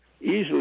easily